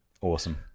Awesome